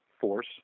force